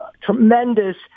tremendous